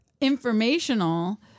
informational